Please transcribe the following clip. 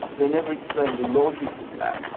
they never explained the logic of that,